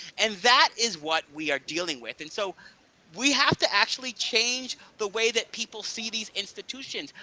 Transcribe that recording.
and that is what we are dealing with, and so we have to actually change the way that people see these institutions.